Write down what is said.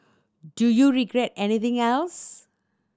do you regret anything else